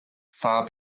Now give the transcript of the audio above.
far